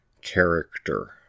character